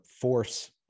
force